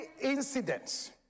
incidents